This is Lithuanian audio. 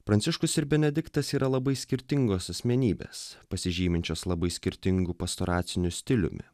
pranciškus ir benediktas yra labai skirtingos asmenybės pasižyminčios labai skirtingu pastoraciniu stiliumi